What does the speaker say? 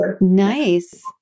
Nice